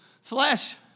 flesh